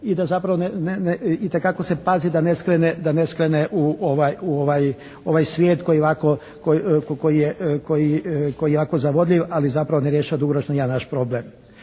i da zapravo ne, itekako se pazi da ne skrene u ovaj svijet koji ovako, koji je ovako zavodljiv, ali zapravo ne rješava dugoročno ni jedan naš problem.